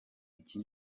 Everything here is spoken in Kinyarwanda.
iki